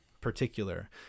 particular